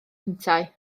yntau